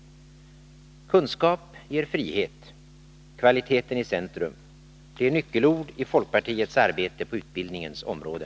Kunskap ger frihet. Kvaliteten i centrum. Det är nyckelord i folkpartiets arbete på utbildningens område.